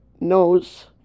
knows